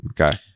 Okay